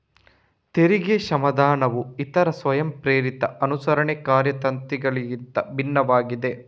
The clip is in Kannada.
ತೆರಿಗೆ ಕ್ಷಮಾದಾನವು ಇತರ ಸ್ವಯಂಪ್ರೇರಿತ ಅನುಸರಣೆ ಕಾರ್ಯತಂತ್ರಗಳಿಗಿಂತ ಭಿನ್ನವಾಗಿದೆ